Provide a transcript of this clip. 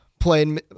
playing